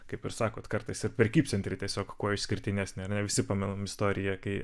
kaip ir sakot kartais ir prekybcentriai tiesiog kuo išskirtinesni ar ne visi pamenam istoriją kai